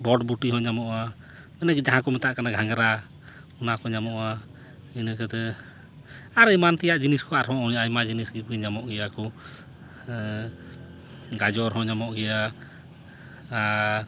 ᱵᱚᱴᱵᱩᱴᱤ ᱦᱚᱸ ᱧᱟᱢᱚᱜᱼᱟ ᱚᱱᱮ ᱡᱟᱦᱟᱸ ᱠᱚ ᱢᱮᱛᱟᱜ ᱠᱟᱱᱟ ᱜᱷᱟᱸᱜᱽᱨᱟ ᱚᱱᱟ ᱠᱚ ᱧᱟᱢᱚᱜᱼᱟ ᱤᱱᱟᱹ ᱠᱟᱛᱮ ᱟᱨ ᱮᱢᱟᱱ ᱛᱮᱭᱟᱜ ᱡᱤᱱᱤᱥ ᱠᱚ ᱟᱨᱦᱚᱸ ᱟᱭᱢᱟ ᱡᱤᱱᱤᱥ ᱜᱮ ᱧᱟᱢᱚᱜ ᱜᱮᱭᱟ ᱠᱚ ᱜᱟᱡᱚᱨ ᱦᱚᱸ ᱧᱟᱢᱚᱜ ᱜᱮᱭᱟ ᱟᱨ